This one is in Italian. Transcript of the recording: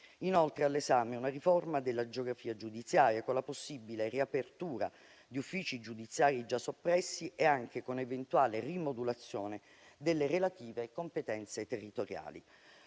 Inoltre è all'esame una riforma della geografia giudiziaria, con la possibile riapertura di uffici giudiziari già soppressi e anche con l'eventuale rimodulazione delle relative competenze territoriali.